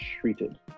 treated